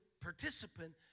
participant